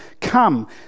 come